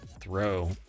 throw